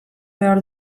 behar